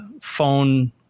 phone